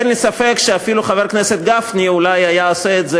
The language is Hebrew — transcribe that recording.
ואין לי ספק שאפילו חבר הכנסת גפני אולי היה עושה את זה